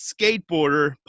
skateboarder